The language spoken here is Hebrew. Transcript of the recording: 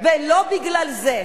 ולא בגלל זה,